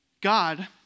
God